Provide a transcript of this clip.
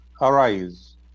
arise